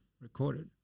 recorded